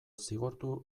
zigortu